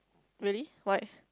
really why